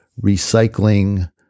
recycling